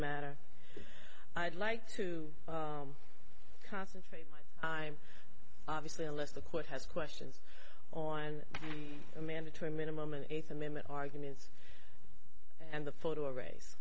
matter i'd like to concentrate i'm obviously unless the court has questions on a mandatory minimum an eighth amendment arguments and the photo race